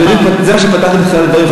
בזה בדיוק פתחתי בתחילת דברי,